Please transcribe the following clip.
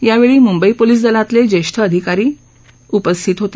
यावेळी मुंबई पोलिस दलातले ज्येष्ठ अधिकारी उपस्थित होते